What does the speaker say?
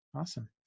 Awesome